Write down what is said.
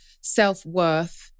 self-worth